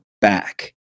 back